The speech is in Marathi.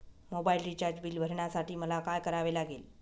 मोबाईल रिचार्ज बिल भरण्यासाठी मला काय करावे लागेल?